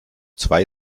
zwei